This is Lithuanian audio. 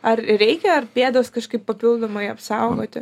ar reikia ar pėdos kažkaip papildomai apsaugoti